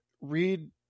read